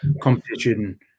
competition